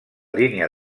línia